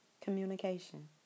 Communication